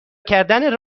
کردن